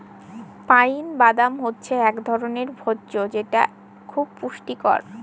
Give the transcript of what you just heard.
pine বাদাম হচ্ছে এক ধরনের ভোজ্য যেটা খুব পুষ্টিকর